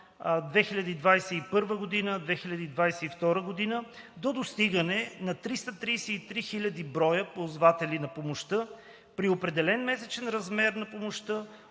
2021/2022 г. до достигане на 333 000 броя ползватели на помощта при определен месечен размер на помощта